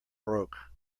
broke